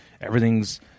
everything's